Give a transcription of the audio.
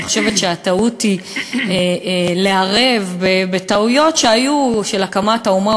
אני חושבת שהטעות היא לערב בטעויות שהיו בעת הקמת האומה,